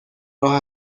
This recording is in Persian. راه